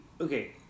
okay